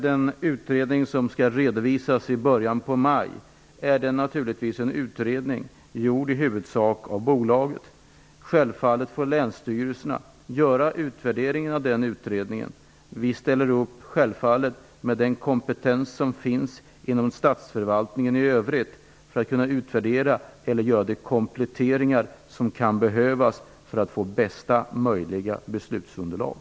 Den utredning som skall redovisas i början på maj är i huvudsak gjord av bolaget. Självfallet får länsstyrelserna göra en utvärdering av den utredningen. Vi ställer upp med den kompetens som finns inom statsförvaltningen i övrigt för att kunna utvärdera eller göra de kompletteringar som kan behövas för att få bästa möjliga beslutsunderlag.